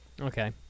okay